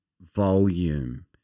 volume